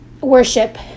worship